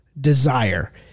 desire